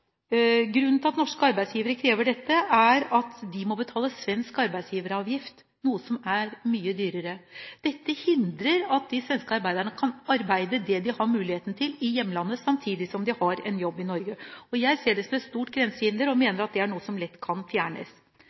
Grunnen til at norske arbeidsgivere krever dette, er at de må betale svensk arbeidsgiveravgift, noe som er mye dyrere. Dette hindrer at de svenske arbeiderne kan arbeide det de har muligheten til i hjemlandet, samtidig som de har en jobb i Norge. Jeg ser det som et stort grensehinder og mener at det er noe som lett kan fjernes.